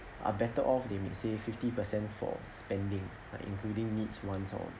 are better off they may say fifty percent for spending including needs ones or